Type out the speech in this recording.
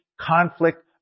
conflict